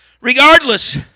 Regardless